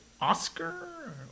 Oscar